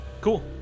Cool